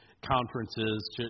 conferences